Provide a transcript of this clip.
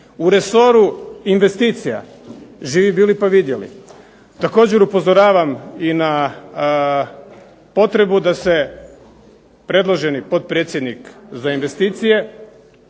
U resoru investicija, živi bili pa vidjeli. Također upozoravam i na potrebu da se predloženi potpredsjednik za investicije,